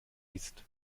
isst